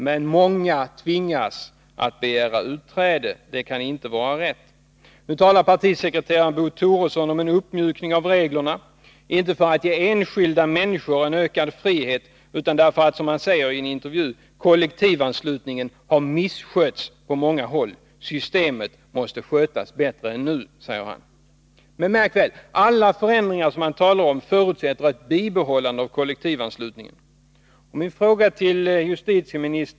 Men många tvingas att begära utträde, och det kan inte vara rätt. Partisekreteraren Bo Toresson talar om en uppmjukning av reglerna, inte för att ge enskilda människor en ökad frihet utan, som han säger i en intervju, därför att kollektivanslutningen har misskötts på många håll. Systemet måste skötas bättre än nu, säger han. Men märk väl, alla förändringar som man talar om förutsätter ett bibehållande av kollektivanslutningen.